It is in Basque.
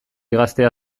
gaztea